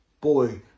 boy